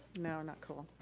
no, not cool.